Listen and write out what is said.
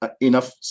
enough